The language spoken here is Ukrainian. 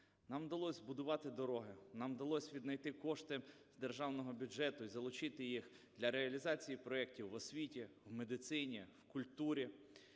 Нам вдалось будувати дороги, нам вдалось віднайти кошти з державного бюджету і залучити їх для реалізації проектів в освіті, медицині, культурі.